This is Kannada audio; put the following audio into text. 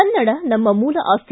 ಕನ್ನಡ ನಮ್ಮ ಮೂಲ ಆಸ್ತಿ